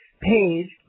page